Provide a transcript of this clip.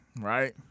Right